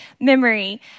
memory